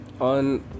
on